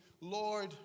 Lord